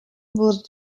wurde